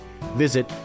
Visit